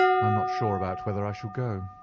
i'm not sure about whether i shall go.